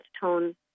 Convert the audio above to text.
tone